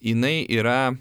jinai yra